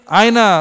aina